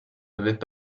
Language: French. n’avaient